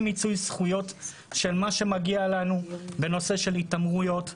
מיצוי זכויות של מה שמגיע לנו בנושא של התעמרויות,